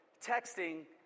texting